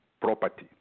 property